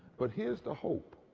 but here's the hope.